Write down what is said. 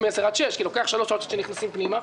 מ-22:00 עד 06:00 כי לוקח שלוש שעות עד שנכנסים פנימה,